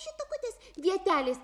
šitokutės vietelės